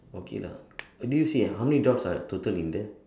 okay lah did you see how many doors are total in there